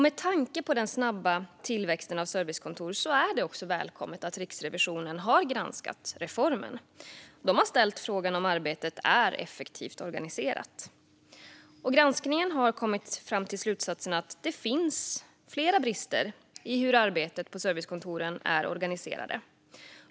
Med tanke på den snabba tillväxten av servicekontor är det välkommet att Riksrevisionen har granskat reformen. De har ställt frågan om arbetet är effektivt organiserat. Granskningen har lett till slutsatsen att det finns flera brister i hur arbetet på servicekontoren är organiserat.